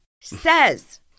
says